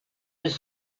with